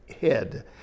head